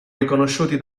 riconosciuti